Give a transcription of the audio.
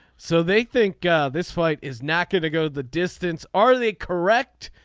so they think this fight is not going to go the distance. are they correct.